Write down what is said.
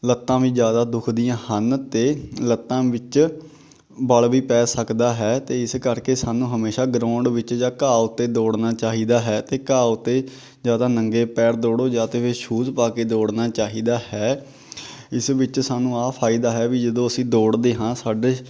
ਲੱਤਾਂ ਵੀ ਜ਼ਿਆਦਾ ਦੁੱਖਦੀਆਂ ਹਨ ਅਤੇ ਲੱਤਾਂ ਵਿੱਚ ਬਲ਼ ਵੀ ਪੈ ਸਕਦਾ ਹੈ ਅਤੇ ਇਸ ਕਰਕੇ ਸਾਨੂੰ ਹਮੇਸ਼ਾਂ ਗਰਾਉਂਡ ਵਿੱਚ ਜਾਂ ਘਾਹ ਉੱਤੇ ਦੌੜਨਾ ਚਾਹੀਦਾ ਹੈ ਅਤੇ ਘਾਹ ਉੱਤੇ ਜਾਂ ਤਾਂ ਨੰਗੇ ਪੈਰ ਦੌੜੋ ਜਾਂ ਤਾਂ ਫਿਰ ਸੂਜ਼ ਪਾ ਕੇ ਦੌੜਨਾ ਚਾਹੀਦਾ ਹੈ ਇਸ ਵਿੱਚ ਸਾਨੂੰ ਆਹ ਫਾਇਦਾ ਹੈ ਵੀ ਜਦੋਂ ਅਸੀਂ ਦੌੜਦੇ ਹਾਂ ਸਾਡੇ